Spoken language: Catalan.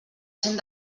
cent